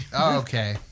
Okay